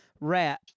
Rat